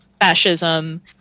fascism